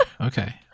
okay